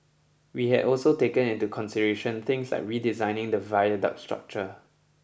we had also taken into consideration things like redesigning the viaduct structure